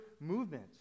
movement